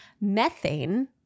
methane